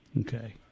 Okay